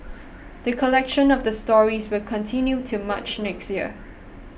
the collection of the stories will continue till March next year